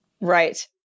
Right